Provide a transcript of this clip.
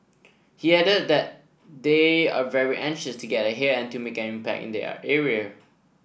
he added that they are very anxious to get ahead and to make an impact in their area